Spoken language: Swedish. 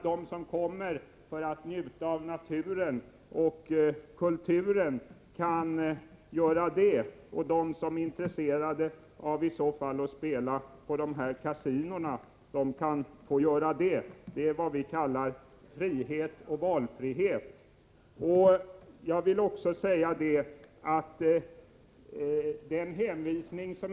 De som kommer för att njuta av natur och kultur kan göra detta, och de som är intresserade av att spela på ett kasino kan få göra det. Det är vad vi kallar frihet, det är vad vi kallar valfrihet.